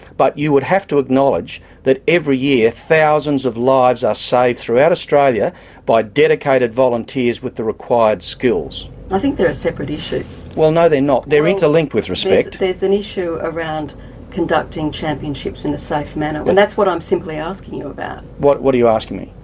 but you would have to acknowledge that every year, thousands of lives are saved throughout australia by dedicated volunteers with the required skills. i think there are separate issues. well, no they're not. they're interlinked, with respect. there's an issue around conducting championships in a safe manner and that's what i'm simply asking you about. what what are you asking me?